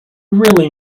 really